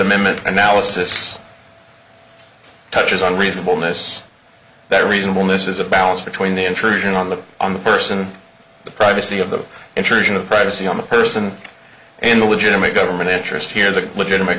amendment analysis touches on reasonable miss that reasonableness is a balance between the intrusion on the on the person the privacy of the intrusion of privacy on a person and a legitimate government interest here the legitimate